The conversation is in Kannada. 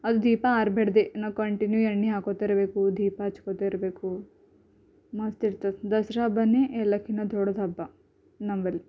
ಅಲ್ಲಿ ದೀಪ ಆರ ಬಾಡ್ದು ಕಂಟಿನ್ಯೂ ಎಣ್ಣೆ ಹಾಕ್ಕೋತ ಇರಬೇಕು ದೀಪ ಹಚ್ಕೋತ ಇರಬೇಕು ಮಸ್ತ ಇರ್ತದೆ ದಸರಾ ಹಬ್ಬವೇ ಎಲ್ಲಕ್ಕಿಂತ ದೊಡ್ದು ಹಬ್ಬ ನಮ್ಮ ಬಳಿ